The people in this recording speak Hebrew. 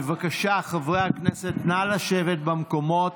בבקשה, חברי הכנסת, נא לשבת במקומות.